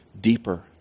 deeper